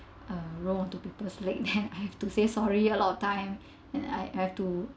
uh roll into people's legs then I have to say sorry a lot of times and I I have to